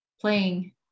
playing